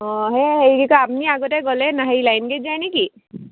অঁ সেই হেৰি কি কয় আপুনি আগতে গ'লে নে হেৰি লাইন গাড়ীত যায় নেকি